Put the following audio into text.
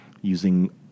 Using